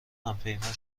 همپیمان